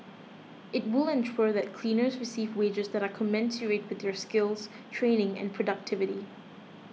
it will ensure that cleaners receive wages that are commensurate with their skills training and productivity